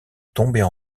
tomber